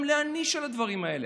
להעניש על הדברים האלה.